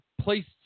placed